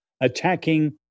attacking